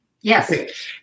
Yes